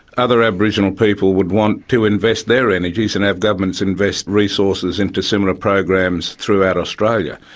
other aboriginal people would want to invest their energies and have governments invest resources into similar programs throughout australia,